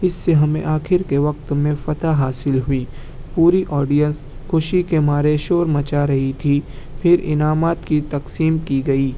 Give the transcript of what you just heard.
اس سے ہمیں آخر کے وقت میں فتح حاصل ہوئی پوری آڈینس خوشی کے مارے شور مچا رہی تھی پھر انعامات کی تقسیم کی گئی